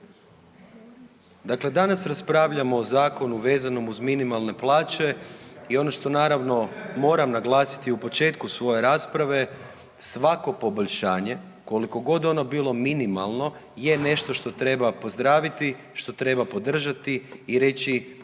Dakle danas raspravljamo o zakonu vezanom uz minimalne plaće i ono što, naravno, moram naglasiti u početku svoje rasprave, svako poboljšanje, koliko god ono bilo minimalno je nešto što treba pozdraviti, što treba podržati i reći